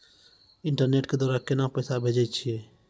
Internet के द्वारा केना पैसा भेजय छै?